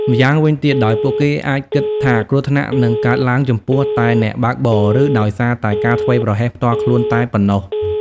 ម្យ៉ាងវិញទៀត ដោយពួកគេអាចគិតថាគ្រោះថ្នាក់នឹងកើតឡើងចំពោះតែអ្នកបើកបរ ឬដោយសារតែការធ្វេសប្រហែសផ្ទាល់ខ្លួនតែប៉ុណ្ណោះ។